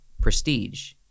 prestige